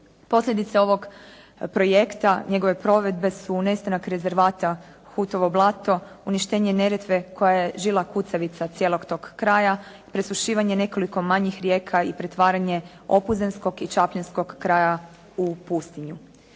Posljedica ovog projekta, njegove provedbe su nestanak rezervata Hutovo blato, uništenje Neretve koja je žila kucavica cijelog tog kraja, presušivanje nekoliko manjih rijeka i pretvaranje opuzenskog i čapljinskog kraja u pustinju.